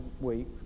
week